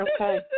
Okay